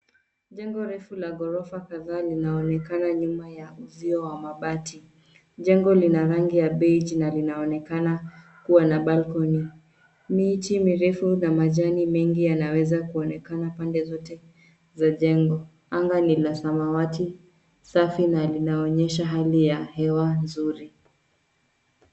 Jengo refu la ghorofa kadhaa linaonekana nyuma ya uzio wa mabati. Jengo lina rangi ya beige na linaonekana kuwa na balcony . Miti mirefu na majani mengi yanaweza kuonekana pande zote za jengo. Anga ni la samawati safi na linaonyesha hali ya hewa nzuri.